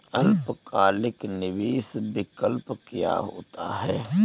अल्पकालिक निवेश विकल्प क्या होता है?